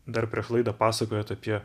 dar prieš laidą pasakojot apie